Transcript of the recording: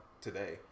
today